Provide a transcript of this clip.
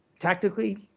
tactically,